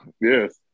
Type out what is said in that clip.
yes